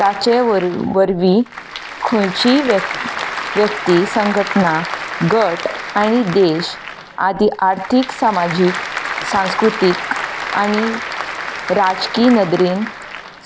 ताचे वर वरवीं खंयचीय व्यक व्यक्ती संघटना गट आनी देश आदी आर्थीक समाजीक सांस्कृतीक आनी राजकीय नदरेन